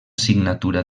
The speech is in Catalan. signatura